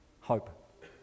hope